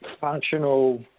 functional